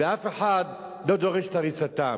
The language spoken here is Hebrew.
ואף אחד לא דורש את הריסתם.